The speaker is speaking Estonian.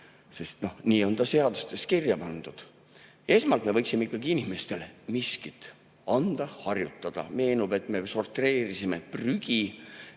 sest nii on ta seadustes kirja pandud. Esmalt me võiksime ikkagi inimestele miskit anda harjutada. Meenub, et me sorteerisime prügi